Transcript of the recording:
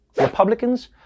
Republicans